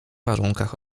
warunkach